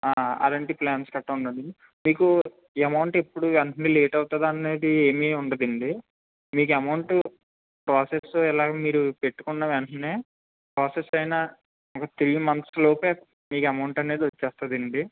అదండి plan structure మీకు amount ఎప్పుడు వెంటనే లేట్ అవుతుందనేది ఏమి ఉండదండి మీకు అమౌంట్ ప్రాసెస్ ఎలాగా మీరు పెట్టుకున్న వెంటనే ప్రాసెస్ అయిన ఒక త్రీ మంత్స్లోపే మీకు అమౌంట్ అనేది వచ్చేస్తుందండి